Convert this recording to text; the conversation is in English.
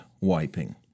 wiping